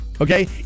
Okay